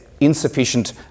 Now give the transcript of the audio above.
insufficient